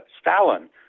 stalin